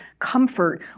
comfort